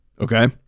Okay